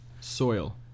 soil